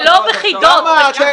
--- אבל זה לא בחידות, בתשובות.